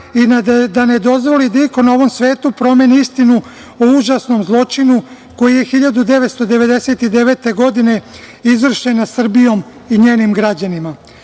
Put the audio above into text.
i da ne dozvoli da iko na ovom svetu promeni istinu o užasnom zločinu koji je 1999. godine izvršen nad Srbijom i njenim građanima. Sve